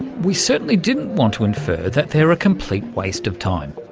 we certainly didn't want to infer that they're a complete waste of time.